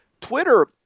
Twitter